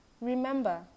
Remember